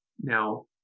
Now